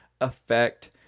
affect